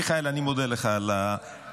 מיכאל, אני מודה לך על ההצעה